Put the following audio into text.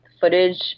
footage